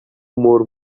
more